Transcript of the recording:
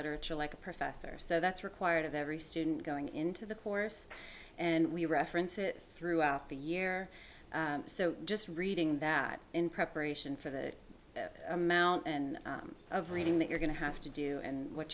literature like a professor so that's required of every student going into the course and we references throughout the year so just reading that in preparation for the amount of reading that you're going to have to do and what